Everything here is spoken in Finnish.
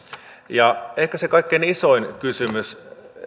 ehkä se kaikkein isoin kysymys